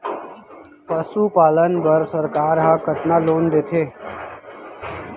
पशुपालन बर सरकार ह कतना लोन देथे?